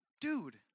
dude